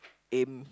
aim